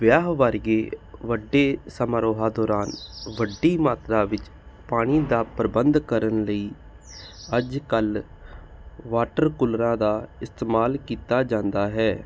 ਵਿਆਹ ਵਰਗੇ ਵੱਡੇ ਸਮਾਰੋਹਾ ਦੌਰਾਨ ਵੱਡੀ ਮਾਤਰਾ ਵਿੱਚ ਪਾਣੀ ਦਾ ਪ੍ਰਬੰਧ ਕਰਨ ਲਈ ਅੱਜ ਕੱਲ ਵਾਟਰ ਕੂਲਰਾਂ ਦਾ ਇਸਤੇਮਾਲ ਕੀਤਾ ਜਾਂਦਾ ਹੈ